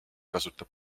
kasutab